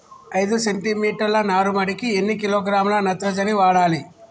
ఐదు సెంటి మీటర్ల నారుమడికి ఎన్ని కిలోగ్రాముల నత్రజని వాడాలి?